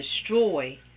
destroy